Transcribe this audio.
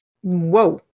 Whoa